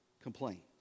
complain